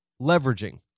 leveraging